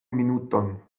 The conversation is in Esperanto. minuton